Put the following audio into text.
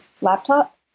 laptop